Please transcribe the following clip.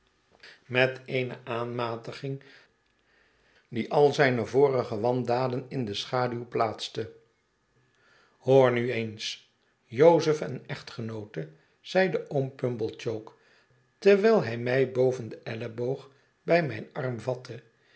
met blijdschap aan mijne zusaanmatiging die al zijne vorige wandaden in de schaduw plaatste hoort nu eens jozef en echtgenoote zeide oom pumblechook terwijl hij mij boven den elleboog bij nnjn arm vatte